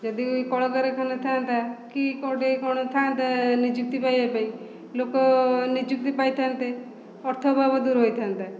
ଯଦି କଳ କାରଖାନା ଥାଆନ୍ତା କି କେଉଁଠି କ'ଣ ଥାଆନ୍ତା ନିଯୁକ୍ତି ପାଇବାପାଇଁ ଲୋକ ନିଯୁକ୍ତି ପାଇଥାନ୍ତେ ଅର୍ଥାଭାବ ଦୂର ହୋଇଥାନ୍ତା